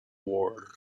award